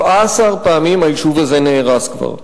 17 פעמים היישוב הזה נהרס כבר.